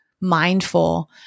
mindful